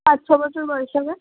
পাঁচ ছ বছর বয়স হবে